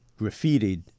graffitied